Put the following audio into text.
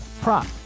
prop